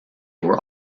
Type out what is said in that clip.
were